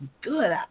good